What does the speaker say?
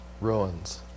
ruins